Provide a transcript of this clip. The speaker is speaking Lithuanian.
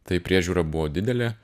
tai priežiūra buvo didelė